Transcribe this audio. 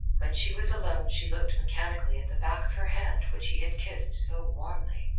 when she was alone she looked mechanically at the back of her hand which he had kissed so warmly.